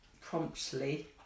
promptly